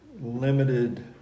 limited